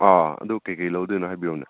ꯑꯥ ꯑꯗꯨ ꯀꯔꯤ ꯀꯔꯤ ꯂꯧꯗꯣꯏꯅꯣ ꯍꯥꯏꯕꯤꯌꯨꯅꯦ